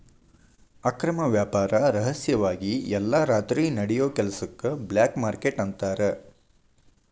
ಅಕ್ರಮ ವ್ಯಾಪಾರ ರಹಸ್ಯವಾಗಿ ಎಲ್ಲಾ ರಾತ್ರಿ ನಡಿಯೋ ಕೆಲಸಕ್ಕ ಬ್ಲ್ಯಾಕ್ ಮಾರ್ಕೇಟ್ ಅಂತಾರ